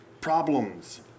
problems